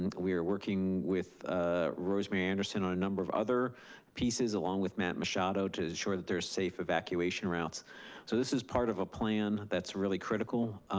and we are working with ah rosemarie anderson on a number of other pieces along with matt machado, to ensure that there's safe evacuation routes. so this is part of a plan that's really critical.